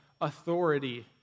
authority